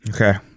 Okay